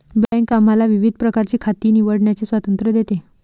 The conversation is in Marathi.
बँक आम्हाला विविध प्रकारची खाती निवडण्याचे स्वातंत्र्य देते